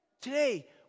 Today